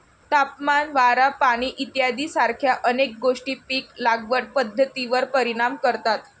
तापमान, वारा, पाणी इत्यादीसारख्या अनेक गोष्टी पीक लागवड पद्धतीवर परिणाम करतात